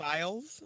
Files